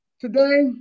Today